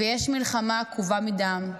ויש מלחמה עקובה מדם,